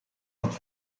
dat